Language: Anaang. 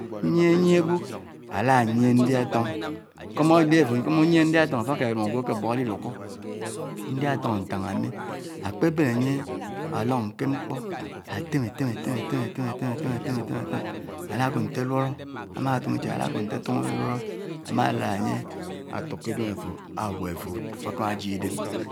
Uníèghè niè ágwò álà niè ndiá átòng nkòm ádè áfò nkòm unièghè ndiá átòng áfò áká ilòng ágwò ákè bò áli lukó ndiá átòng ántángà mi ákpèbèn ányè álòng kè mkpò átèm átèm átèm tèmè tèmè tèmè tèmè tèmè tèmè tèm ánákud ntè álidò ámá tungò ichád áná kud nté atungò buòlò, ámánlád ányè átuuk kè idèm àfò ágwó èfòd àfò ákámá jíè idèm